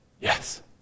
Yes